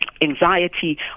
anxiety